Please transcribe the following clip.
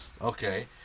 Okay